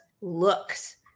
looks